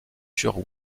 sur